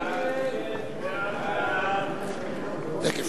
הודעת הממשלה